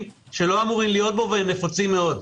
שלא אמורים להיות בו והם נפוצים מאוד.